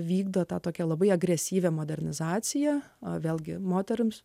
vykdo tą tokią labai agresyvią modernizaciją o vėlgi moterims